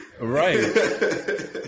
Right